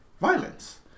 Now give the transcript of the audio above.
violence